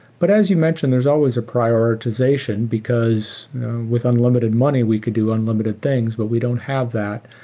but as you mentioned, there's always a prioritization, because with unlimited money, we could do unlimited things. but we don't have that.